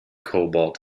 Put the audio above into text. cobalt